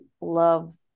love